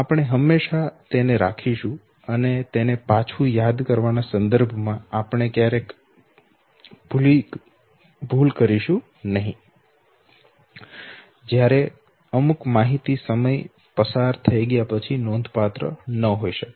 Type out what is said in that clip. આપણે હંમેશાં તેને રાખીશું અને તેને પાછું યાદ કરવાના સંદર્ભમાં આપણે ક્યારેય ભૂલ કરીશું નહીં જ્યારે અમુક માહિતી સમય પસાર થયા પછી નોંધપાત્ર ન હોઈ શકે